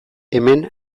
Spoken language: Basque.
hemen